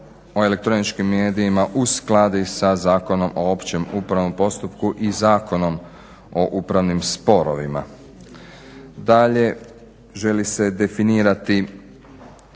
o elektroničkim medijima uskladi sa Zakonom o općem upravnom postupku i Zakonom o upravnim sporovima. Dalje, želi se definirati